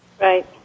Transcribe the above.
Right